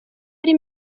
ari